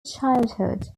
childhood